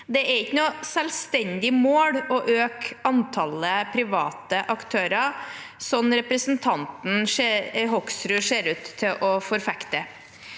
Det er ikke noe selvstendig mål å øke antallet private aktører, slik representanten Hoksrud ser ut til å forfekte.